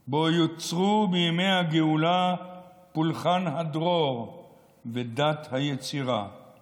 / בו יוצרו בימי הגאולה / פולחן הדרור ודת היצירה //